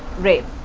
rape.